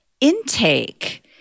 intake